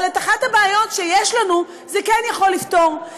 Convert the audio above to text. אבל את אחת הבעיות שיש לנו זה כן יכול לפתור,